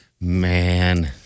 Man